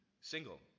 single